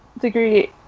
degree